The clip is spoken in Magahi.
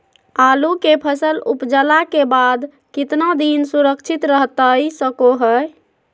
आलू के फसल उपजला के बाद कितना दिन सुरक्षित रहतई सको हय?